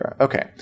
Okay